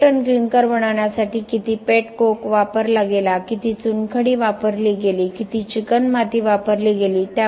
1 ton clinker बनवण्यासाठी किती pet coke वापरला गेला किती चुनखडी वापरली गेली किती चिकणमाती वापरली गेली